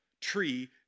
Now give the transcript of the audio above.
tree